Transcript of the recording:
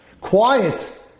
Quiet